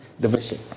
Division